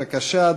בבקשה,